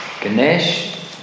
Ganesh